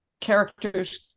characters